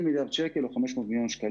זה 10% שיעור